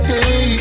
Hey